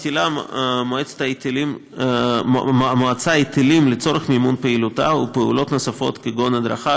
המועצה מטילה היטלים לצורך מימון פעילותה ופעולות נוספות כגון הדרכה,